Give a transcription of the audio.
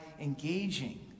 engaging